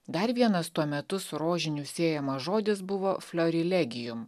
dar vienas tuo metu su rožiniu siejamas žodis buvo fliorilegijum